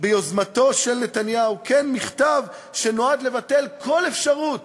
ביוזמתו של נתניהו, כן, מכתב שנועד לבטל כל אפשרות